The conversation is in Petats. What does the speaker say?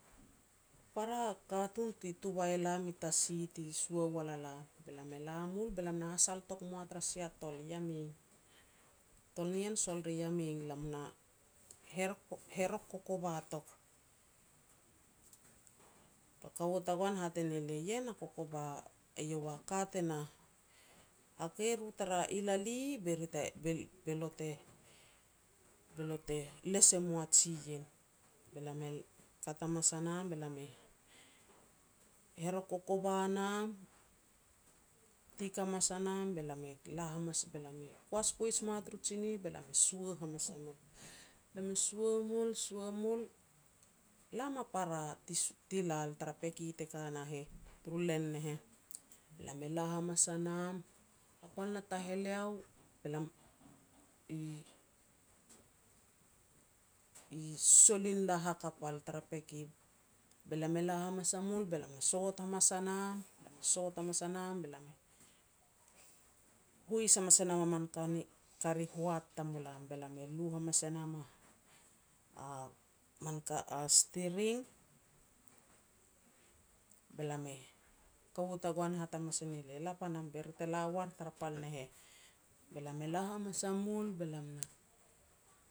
para katun ti tuvei elam i tasi ti sua wal a lam. Be lam e la mul be lam na hasal touk moa tara sia tol, i Yameng. Tol nien sol ri Yameng, lam na herok-herok kokova tok. Be kaua tagoan e hat e ne lia, "Ien a kokova, eiau a ka tena hakei ru tara ilali be ri te, be lo te-be lo te les e moa jiien". Be lam e kat hamas a nam be lam e herok kokova nam, tik hamas a nam, be lam e la hamas be lam e kuas poaj moa tur tsinih be lam e sua hamas a mul. Lam e sua mul sua mul, lam a para ti lal tara peki te ka na heh turu len ne heh. Be lam e la hamas a nam, hapal na taheleo be lam i i solin la hakap al tara peki. Be lam e la hamas a mul be lam na sot hamas a nam, be lam e sot hamas a nam, be lam e hois hamas e nam a min ka ni, ka ri hoat tamulam, be lam e lu hamas e nam a, man ka, a sitiring, be lam e, kaua tagoan e hat hamas e ne lia, "La pan nam be ri te la war tara pal ne heh." Be lam e la hamas a mul be lam na